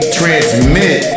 transmit